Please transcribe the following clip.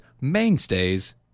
mainstays